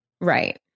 Right